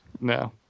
No